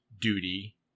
duty